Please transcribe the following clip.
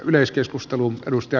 arvoisa puhemies